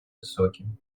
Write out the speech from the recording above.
высоким